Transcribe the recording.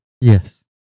yes